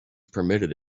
permitted